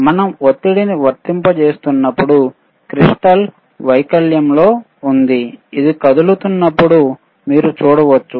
మనం ఒత్తిడిని వర్తింపజేస్తున్నప్పుడు స్పటికం వైకల్యంతో ఉంది ఇది కదులుతున్నట్లు మీరు చూడవచ్చు